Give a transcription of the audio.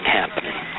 happening